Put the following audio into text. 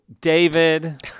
david